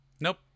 Nope